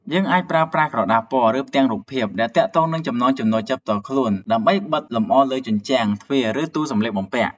យើងអាចប្រើប្រាស់ក្រដាសពណ៌ ឬផ្ទាំងរូបភាព ដែលទាក់ទងនឹងចំណង់ចំណូលចិត្តផ្ទាល់ខ្លួនដើម្បីបិទលម្អលើ ជញ្ជាំង ទ្វារ ឬទូសម្លៀកបំពាក់។